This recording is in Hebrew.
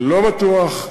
לא בטוח,